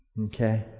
Okay